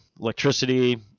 electricity